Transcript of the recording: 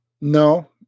no